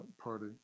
Party